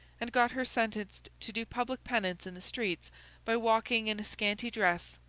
and got her sentenced to do public penance in the streets by walking in a scanty dress,